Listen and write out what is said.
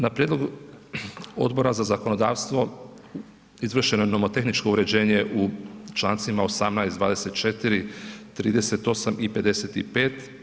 Na prijedlog Odbora za zakonodavstvo izvršeno je nomotehničko uređenje u Člancima 18., 24., 38. i 55.